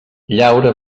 llaura